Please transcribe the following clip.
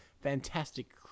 fantastic